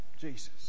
Jesus